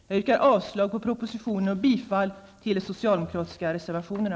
Jag yrkar avslag på propositionen och bifall till de socialdemokratiska reservationerna.